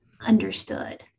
understood